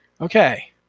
Okay